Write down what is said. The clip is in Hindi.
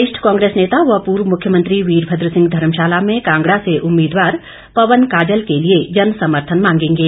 वरिष्ठ कांग्रेस नेता व पूर्व मुख्यमंत्री वीरभद्र सिंह धर्मशाला में कांगड़ा से उम्मीदवार पवन काजल के लिए जन समर्थन मांगेंगे